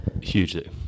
hugely